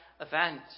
event